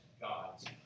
God's